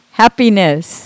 happiness